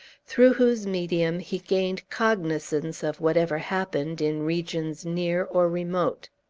through whose medium he gained cognizance of whatever happened, in regions near or remote.